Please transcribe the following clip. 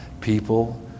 people